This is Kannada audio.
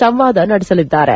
ಸಂವಾದ ನಡೆಸಲಿದ್ದಾರೆ